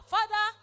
Father